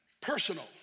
Personal